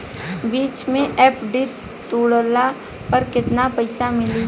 बीच मे एफ.डी तुड़ला पर केतना पईसा मिली?